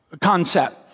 concept